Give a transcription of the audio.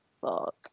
Fuck